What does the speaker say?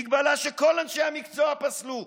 הגבלה שכל אנשי המקצוע פסלו.